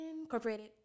Incorporated